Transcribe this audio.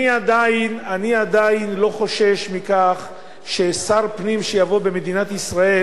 אני עדיין לא חושש מכך ששר פנים שיבוא במדינת ישראל